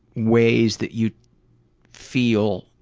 ways that you feel